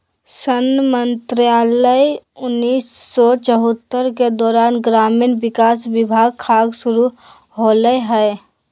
सन मंत्रालय उन्नीस सौ चैह्त्तर के दौरान ग्रामीण विकास विभाग खाद्य शुरू होलैय हइ